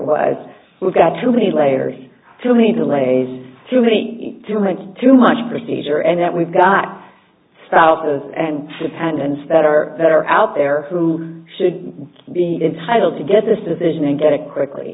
was we've got too many layers too many delays too many too much too much procedure and that we've got spouses and dependents that are that are out there who should be entitled to get this decision and get it quickly